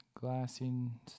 Glassing